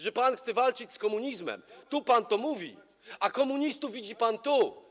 że pan chce walczyć z komunizmem - tu pan to mówi, a komunistów widzi pan tu.